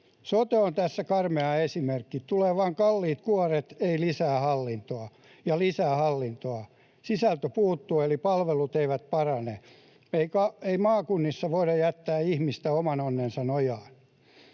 Sote on tästä karmea esimerkki: Tulee vain kalliit kuoret ja lisää hallintoa. Sisältö puuttuu, eli palvelut eivät parane. Ei maakunnissa voida jättää ihmistä oman onnensa nojaan.